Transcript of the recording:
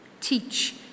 teach